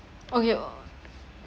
okay